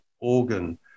organ